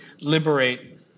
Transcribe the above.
liberate